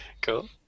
Cool